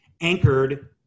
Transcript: anchored